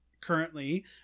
currently